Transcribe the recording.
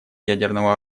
ядерного